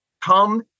Come